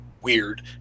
weird